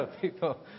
people